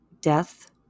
death